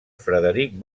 frederic